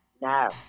No